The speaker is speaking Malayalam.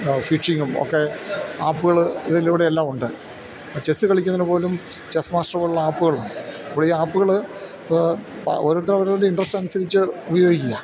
ഫിഷിങ്ങും ഒക്കെ ആപ്പുകള് ഇതിലൂടെയെല്ലാമുണ്ട് ചെസ് കളിക്കുന്നതിനു പോലും ചെസ് മാസ്റ്റർ പോലുള്ള ആപ്പുകളുണ്ട് അപ്പോൾ ഈ ആപ്പുകള് ഓരോരുത്തരവരവരുടെ ഇൻട്രസ്റ്റ് അനുസരിച്ച് ഉപയോഗിക്കുകയാണ്